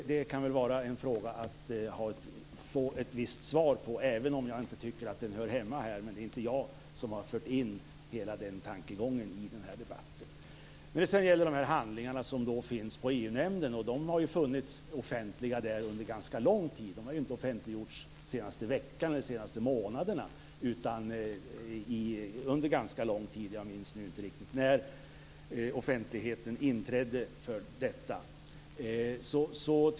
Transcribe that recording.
Det kan vara en fråga att få svar på, även om jag inte tycker att den hör hemma här. Men det är inte jag som har fört in den här tankegången i debatten. De handlingar som finns på EU-nämnden har funnits offentliga där under ganska lång tid. De har inte offentliggjorts under den senaste veckan eller de senaste månaderna, utan under en ganska lång tid. Jag minns inte riktigt när offentligheten inträdde.